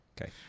okay